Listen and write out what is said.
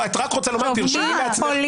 את רק רוצה לומר, תרשמי לעצמך.